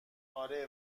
اره